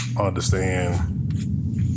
understand